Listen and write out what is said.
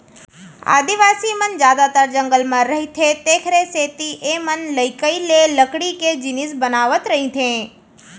आदिवासी मन ह जादातर जंगल म रहिथे तेखरे सेती एमनलइकई ले लकड़ी के जिनिस बनावत रइथें